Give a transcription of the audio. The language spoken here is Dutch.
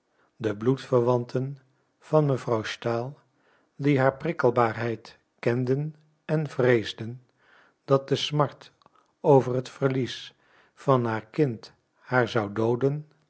de bloedverwanten van mevrouw stahl die haar prikkelbaarheid kenden en vreesden dat de smart over het verlies van haar kind haar zou dooden